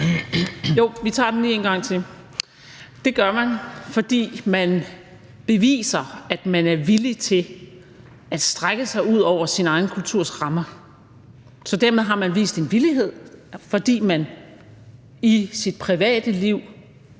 Jo, vi tager den lige en gang til. Det gør man, fordi man beviser, at man er villig til at strække sig ud over sin egen kulturs rammer. Dermed har man vist en villighed, fordi man i sit private liv